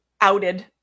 outed